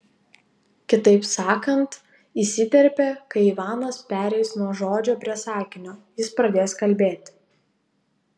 kitaip sakant įsiterpė kai ivanas pereis nuo žodžio prie sakinio jis pradės kalbėti